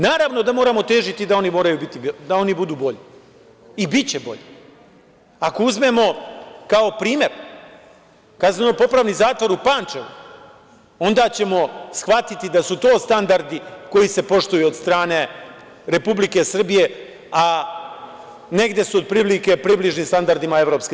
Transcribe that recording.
Naravno da moramo težiti da oni budu bolji i biće bolji ako uzmemo kao primer kazneno-popravni zatvor u Pančevu, onda ćemo shvatiti da su to standardi koji se poštuju od strane Republike Srbije, a negde su otprilike približni standardima EU.